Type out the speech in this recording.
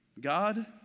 God